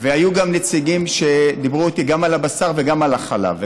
היו נציגים שדיברו איתי גם על הבשר וגם על החלב,